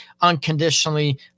unconditionally